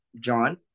John